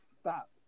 stop